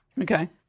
Okay